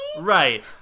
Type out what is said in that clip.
Right